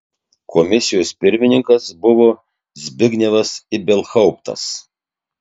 komisijos pirmininkas buvo zbignevas ibelhauptas